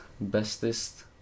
bestest